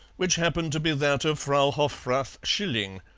which happened to be that of frau hoftath schilling,